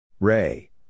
Ray